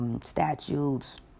statues